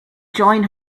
join